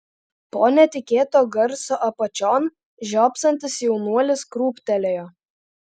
po netikėto garso apačion žiopsantis jaunuolis krūptelėjo